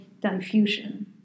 diffusion